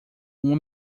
uma